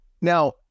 now